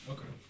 Okay